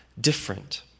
different